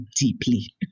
deeply